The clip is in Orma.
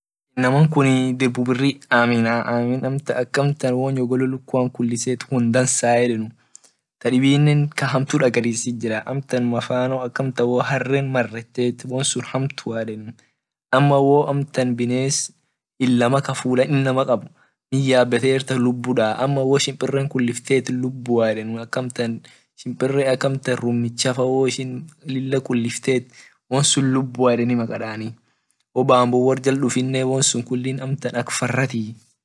Inaman kuni dirbu biri aminaa ak amtan wo nyogolo lukua kulis won dansa yeden kadibine ka hamtu dagarsisit jira ka amtan mafano wo ak amtan hare maret won sun hamtua yeden ama wo amtan bines ka full lama ak amtan wo shimpire kuliftu lubua shimpire ak amtan rumicha wo ishin lila kulifte won sun lubua yeden makadani wo bambo wor dufine won ak fara makadanii.